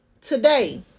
today